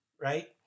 right